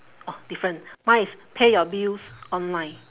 oh different mine is pay your bills online